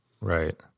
right